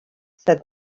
said